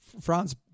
France